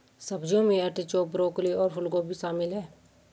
सब्जियों में artichoke, broccoli और फूलगोभी शामिल है